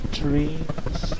dreams